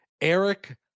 Eric